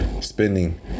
spending